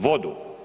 Vodu?